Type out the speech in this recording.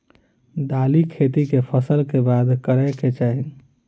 दालि खेती केँ फसल कऽ बाद करै कऽ चाहि?